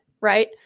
right